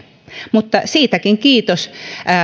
mutta siitäkin kiitos